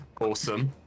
Awesome